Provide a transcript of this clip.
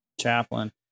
chaplain